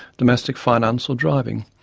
domestic finance or driving,